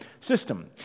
system